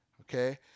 okay